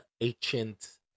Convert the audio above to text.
ancient